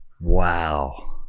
Wow